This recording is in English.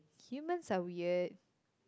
humans are weird